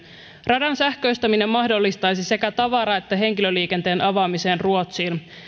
radan sähköistäminen mahdollistaisi sekä tavara että henkilöliikenteen avaamisen ruotsiin